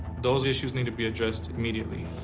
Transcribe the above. those issues need to be addressed immediately.